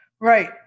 Right